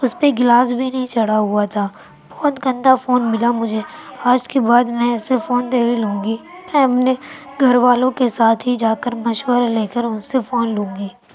اس پہ گلاس بھی نہیں چڑھا ہوا تھا بہت گندا فون ملا مجھے آج کے بعد میں ایسے فون نہیں لوں گی میں اپنے گھر والوں کے ساتھ ہی جا کر مشورہ لے کر ان سے فون لوں گی